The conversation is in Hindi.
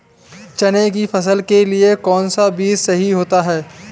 चने की फसल के लिए कौनसा बीज सही होता है?